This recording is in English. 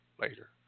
later